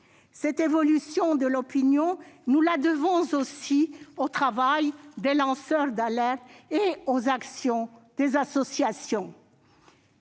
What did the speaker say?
Cette évolution de l'opinion, nous la devons aussi au travail des lanceurs d'alerte et aux actions des associations.